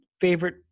favorite